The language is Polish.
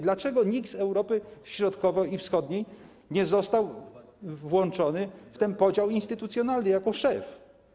Dlaczego nikt z Europy Środkowej i Wschodniej nie został włączony w ten podział instytucjonalny jako szef?